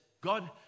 God